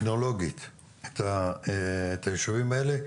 וטכנולוגית את המצגות של הישובים האלה,